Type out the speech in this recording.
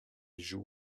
joue